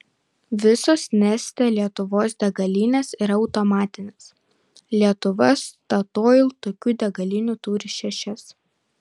visos neste lietuvos degalinės yra automatinės lietuva statoil tokių degalinių turi šešias